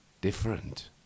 different